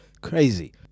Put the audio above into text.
crazy